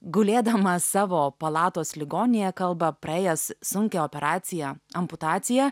gulėdamas savo palatos ligoninėje kalba praėjęs sunkią operaciją amputaciją